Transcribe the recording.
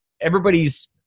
everybody's